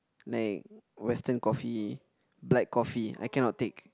like western coffee black coffee I cannot take